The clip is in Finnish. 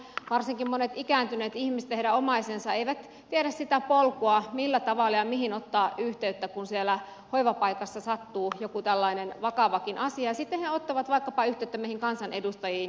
varsinkin monet ikääntyneet ihmiset ja heidän omaisensa eivät tiedä sitä polkua millä tavalla ja mihin ottaa yhteyttä kun siellä hoivapaikassa sattuu joku tällainen vakavakin asia ja sitten he ottavat yhteyttä vaikkapa meihin kansanedustajiin